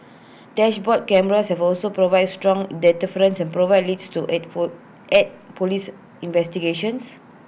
dashboard cameras have also provided strong deterrence and provided leads to aid for aid Police investigations